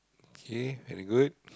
okay very good